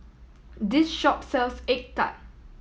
this shop sells egg tart